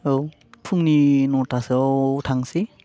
औ फुंनि न'थासोयाव थांनोसै